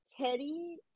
Teddy